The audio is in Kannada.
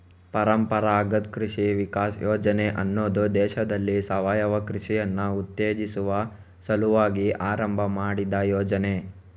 ಪರಂಪರಾಗತ್ ಕೃಷಿ ವಿಕಾಸ ಯೋಜನೆ ಅನ್ನುದು ದೇಶದಲ್ಲಿ ಸಾವಯವ ಕೃಷಿಯನ್ನ ಉತ್ತೇಜಿಸುವ ಸಲುವಾಗಿ ಆರಂಭ ಮಾಡಿದ ಯೋಜನೆ